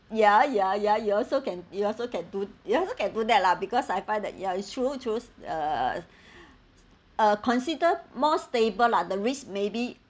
ya ya ya you also can you also can do you also can do that lah because I find that yeah it's true true uh consider more stable lah the risk maybe